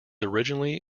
originally